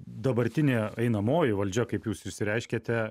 dabartinė einamoji valdžia kaip jūs išsireiškėte